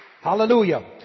Hallelujah